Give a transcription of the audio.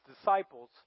disciples